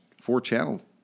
four-channel